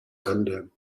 kann